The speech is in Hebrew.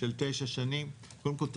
של תשע שנים קודם כל,